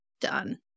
done